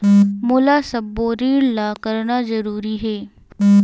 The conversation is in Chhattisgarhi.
मोला सबो ऋण ला करना जरूरी हे?